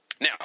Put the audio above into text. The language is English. Now